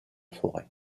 forêt